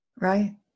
Right